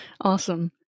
Awesome